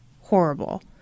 Horrible